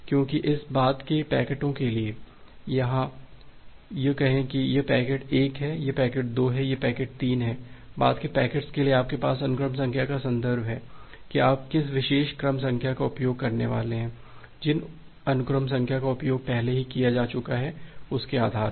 क्योंकि इस बाद के पैकेटों के लिए यह कहें कि यह पैकेट 1 है यह पैकेट 2 है यह पैकेट 3 है बाद के पैकेट्स के लिए आपके पास अनुक्रम संख्या का संदर्भ है कि आप किस विशेष क्रम संख्या का उपयोग करने वाले हैं जिन अनुक्रम संख्या का उपयोग पहले ही किया जा चुका है उस के आधार पर